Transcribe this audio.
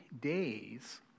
days